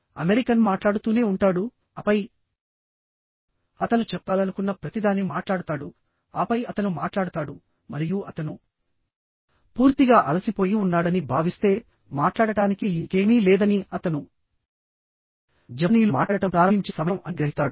American మాట్లాడుతూనే ఉంటాడు ఆపై అతను చెప్పాలనుకున్న ప్రతిదాని మాట్లాడతాడు ఆపై అతను మాట్లాడతాడు మరియు అతను పూర్తిగా అలసిపోయి ఉన్నాడని బావిస్తే మాట్లాడటానికి ఇంకేమీ లేదని అతను జపనీయులు మాట్లాడటం ప్రారంభించే సమయం అని గ్రహిస్తాడు